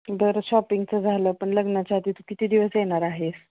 बरं शॉपिंगचं झालं पण लग्नाच्या आधी तू किती दिवस येणार आहेस